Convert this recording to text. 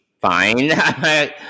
fine